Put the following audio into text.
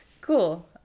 Cool